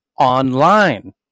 online